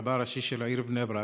רבה הראשי של העיר בני ברק,